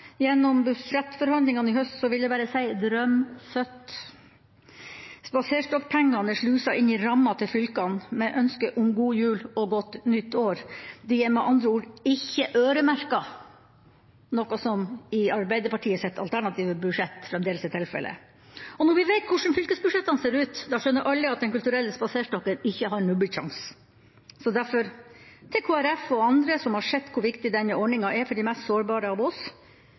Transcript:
gjennom budsjettforhandlingene i høst, vil jeg bare si: Drøm søtt! Spaserstokkpengene er sluset inn i rammen til fylkene med ønske om god jul og godt nytt år. De er med andre ord ikke øremerket, noe som i Arbeiderpartiets alternative budsjett fremdeles er tilfellet. Og når vi vet hvordan fylkesbudsjettene ser ut, da skjønner alle at Den kulturelle spaserstokken ikke har nubbesjanse. Så derfor, til Kristelig Folkeparti og andre som har sett hvor viktig denne ordninga er for de mest sårbare av oss: